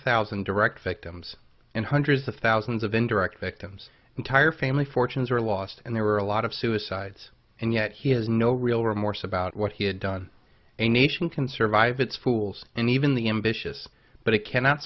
thousand direct victims and hundreds of thousands of indirect victims entire family fortunes were lost and there were a lot of suicides and yet he has no real remorse about what he had done a nation can survive its fools and even the ambitious but it cannot